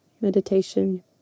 meditation